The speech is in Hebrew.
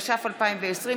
התש"ף 2020,